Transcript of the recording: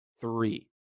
three